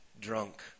drunk